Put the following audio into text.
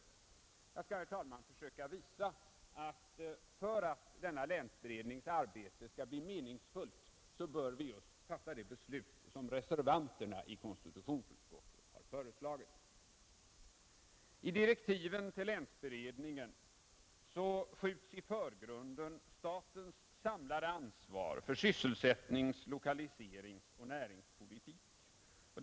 Jag skall, herr talman, försöka visa att för att denna berednings arbete skall bli meningsfullt så bör vi just fatta det beslut som reservanterna i konstitutionsutskottet har föreslagit. I direktiven till länsberedningen skjuts i förgrunden statens samlade ansvar för sysselsättnings-, lokaliseringsoch näringspolitik.